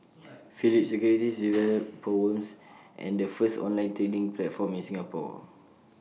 Phillip securities developed poems the first online trading platform in Singapore